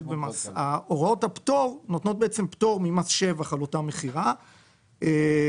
הוראות הפטור נותנות פטור ממס שבח על אותה מכירה כל